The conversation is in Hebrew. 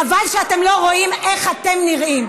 חבל שאתם לא רואים איך אתם נראים.